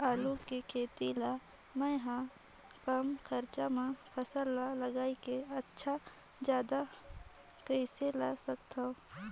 आलू के खेती ला मै ह कम खरचा मा फसल ला लगई के अच्छा फायदा कइसे ला सकथव?